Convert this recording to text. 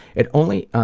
it only,